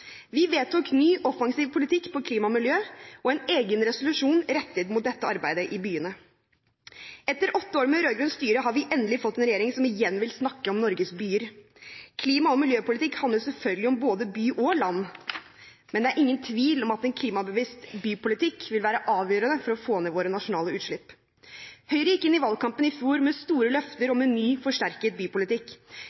Vi vedtok ny offensiv politikk på klima og miljø og en egen resolusjon rettet mot dette arbeidet i byene. Etter åtte år med rød-grønt styre har vi endelig fått en regjering som igjen vil snakke om Norges byer. Klima- og miljøpolitikk handler jo selvfølgelig om både by og land, men det er ingen tvil om at en klimabevisst bypolitikk vil være avgjørende for å få ned våre nasjonale utslipp. Høyre gikk inn i valgkampen i fjor med store løfter